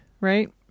right